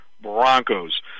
Broncos